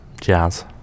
jazz